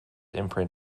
imprint